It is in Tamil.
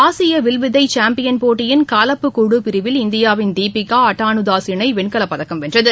ஆசிய வில்வித்தை சாம்பியன்ஷிப் போட்டியின் கலப்பு குழு பிரிவில் இந்தியாவின் தீபிகா அட்டானுதாஸ் இணை வெண்கலப்பதக்கம் வென்றது